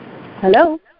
Hello